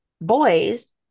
Boys